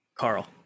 Carl